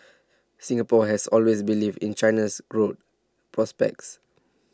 Singapore has always believed in China's growth prospects